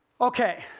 Okay